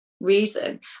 reason